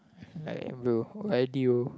like will